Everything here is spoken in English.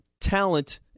talent